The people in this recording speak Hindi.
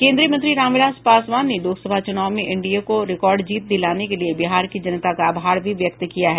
केंद्रीय मंत्री रामविलास पासवान ने लोकसभा चुनाव में एनडीए को रिकार्ड जीत दिलाने के लिए बिहार की जनता का आभार भी व्यक्त किया है